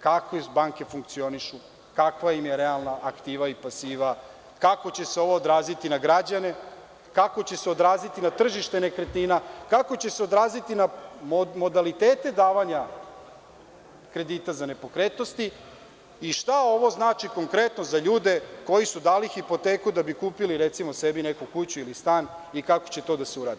kako iz banke funkcionišu, kakva im je realna aktiva i pasiva, kako će se ovo odraziti na građane, kako će se odraziti na tržište nekretnina, kako će se odraziti na modalitete davanja kredita za nepokretnosti i šta ovo znači konkretno za ljude koji su dali hipoteku da bi kupili recimo sebi neku kuću ili stan i kako će to da se uradi?